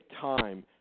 time